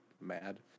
mad